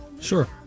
Sure